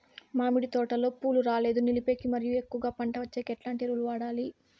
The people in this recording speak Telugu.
మామిడి తోటలో పూలు రాలేదు నిలిపేకి మరియు ఎక్కువగా పంట వచ్చేకి ఎట్లాంటి ఎరువులు వాడాలి?